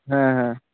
ᱦᱮᱸ ᱦᱮᱸ